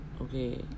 Okay